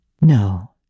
no